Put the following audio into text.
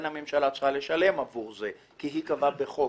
הלאומי עושה לגביהם כמו מיקור חוץ, כמו למשל לשלם